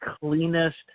cleanest